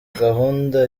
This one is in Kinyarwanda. gahunda